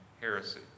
heresy